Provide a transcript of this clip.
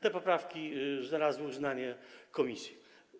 Te poprawki znalazły uznanie komisji.